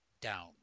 down